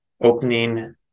opening